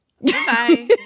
Bye